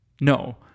No